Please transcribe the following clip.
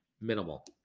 minimal